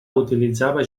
utilitzava